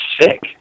sick